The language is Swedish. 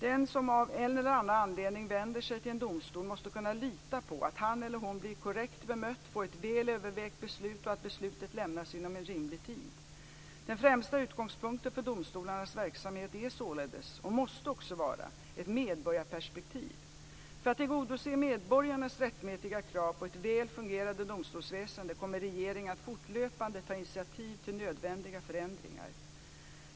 Den som av en eller annan anledning vänder sig till en domstol måste kunna lita på att han eller hon blir korrekt bemött, får ett väl övervägt beslut och att beslutet lämnas inom en rimlig tid. Den främsta utgångspunkten för domstolarnas verksamhet är således och måste också vara ett medborgarperspektiv. För att tillgodose medborgarnas rättmätiga krav på ett väl fungerande domstolsväsende kommer regeringen att fortlöpande ta initiativ till nödvändiga förändringar.